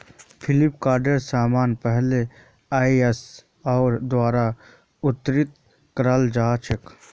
फ्लिपकार्टेर समान पहले आईएसओर द्वारा उत्तीर्ण कराल जा छेक